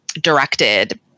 directed